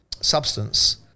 substance